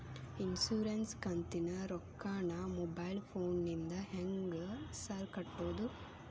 Insurance ಕಂತಿನ ರೊಕ್ಕನಾ mobile ಫೋನಿಂದ ಹೆಂಗ್ ಸಾರ್ ಕಟ್ಟದು?